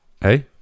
Hey